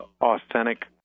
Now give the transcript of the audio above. authentic